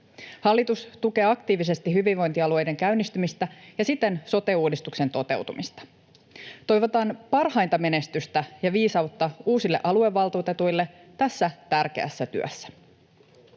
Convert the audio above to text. Hallitus tukee aktiivisesti hyvinvointialueiden käynnistymistä ja siten sote-uudistuksen toteutumista. Toivotan parhainta menestystä ja viisautta uusille aluevaltuutetuille tässä tärkeässä työssä.